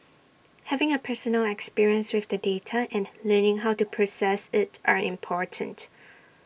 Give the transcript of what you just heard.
having A personal experience with the data and learning how to process IT are important